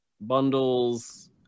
Bundles